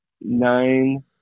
nine